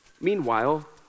Meanwhile